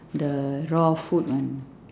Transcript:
the raw food one